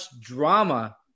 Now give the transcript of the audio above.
drama